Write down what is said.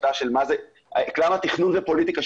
גם התכנון הוא פוליטיקה.